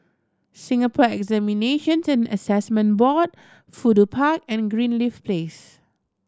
Singapore Examinations and Assessment Board Fudu Park and Greenleaf Place